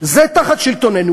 זה תחת שלטוננו.